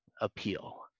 appeal